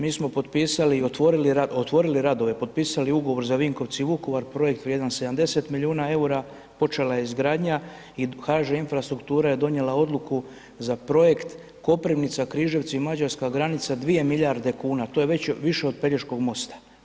Mi smo potpisali i otvorili, otvorili radove, potpisali ugovor za Vinkovci – Vukovar projekt vrijedan 70 milijuna EUR-a, počela je izgradnja i HŽ Infrastruktura je donije odluku za projekt Koprivnica – Križevici – Mađarska granica, 2 milijarde kuna, to je već više od Pelješkog mosta.